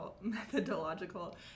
methodological